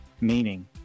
meaning